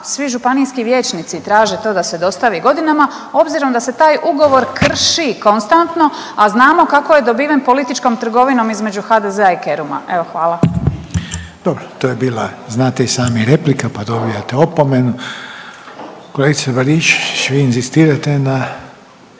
Svi županijski vijećnici traže to da se dostavi godinama obzirom da se taj ugovor krši konstantno, a znamo kako je dobiven političkom trgovinom između HDZ-a i Keruma. Evo, hvala. **Reiner, Željko (HDZ)** Dobro to je bila znate i sami replika pa dobijate opomenu. Kolegice Baričević inzistirate na